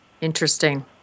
Interesting